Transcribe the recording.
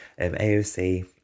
aoc